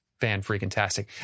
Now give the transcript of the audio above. fan-freaking-tastic